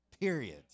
period